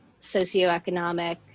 socioeconomic